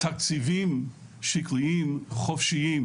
תקציבים שקליים חופשיים,